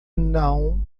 não